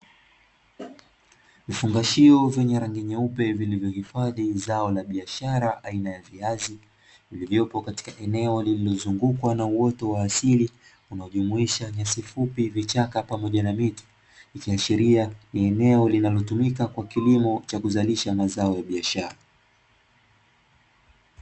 Vifungashio vyenye rangi nyeupe, vilivyohifadhi zao la biashara aina ya viazi, vilivyopo katika eneo lililozungukwa na uoto wa asili unaojumuisha nyasi fupi, vichaka, pamoja na miti, ikiashiria ni eneo linalotumika kwa kilimo cha kuzalisha mazao ya biashara.